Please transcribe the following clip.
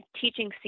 teaching